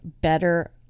better